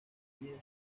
bien